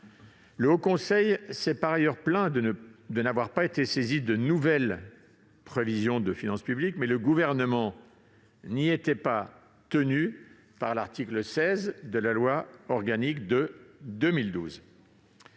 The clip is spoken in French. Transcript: Le Haut Conseil s'est par ailleurs plaint de n'avoir pas été saisi des nouvelles prévisions concernant les finances publiques, mais le Gouvernement n'y était pas tenu par l'article 16 de la loi organique de 2012.